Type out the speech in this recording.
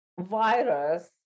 virus